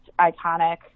iconic